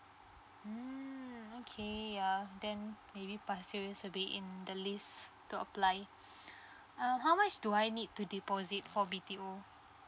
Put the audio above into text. mm okay ya then maybe pasir ris will be in the list to apply um how much do I need to deposit for B_T_O